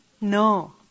No